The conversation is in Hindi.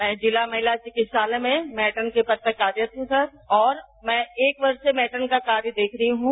मैं जिला महिला चिकित्सालय में मैट्रन के पद पर कार्यरत हूं सर और मैं एक वर्ष से मैट्रन का कार्य देख रही हूं